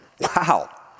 Wow